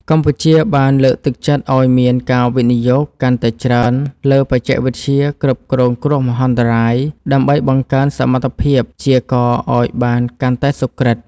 កម្ពុជាបានលើកទឹកចិត្តឱ្យមានការវិនិយោគកាន់តែច្រើនលើបច្ចេកវិទ្យាគ្រប់គ្រងគ្រោះមហន្តរាយ ដើម្បីបង្កើនសមត្ថភាពព្យាករណ៍ឱ្យបានកាន់តែសុក្រឹត។